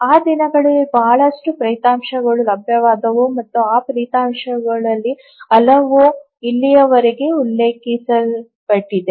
ಆ ದಿನಗಳಲ್ಲಿ ಬಹಳಷ್ಟು ಫಲಿತಾಂಶಗಳು ಲಭ್ಯವಾದವು ಮತ್ತು ಆ ಫಲಿತಾಂಶಗಳಲ್ಲಿ ಹಲವು ಇಲ್ಲಿಯವರೆಗೆ ಉಲ್ಲೇಖಿಸಲ್ಪಟ್ಟಿವೆ